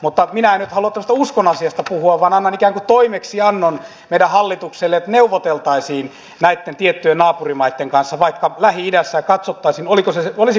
mutta minä en nyt halua tämmöisestä uskonasiasta puhua vaan annan ikään kuin toimeksiannon meidän hallitukselle että neuvoteltaisiin näitten tiettyjen naapurimaitten kanssa vaikka lähi idässä ja katsottaisiin olisiko se mahdollista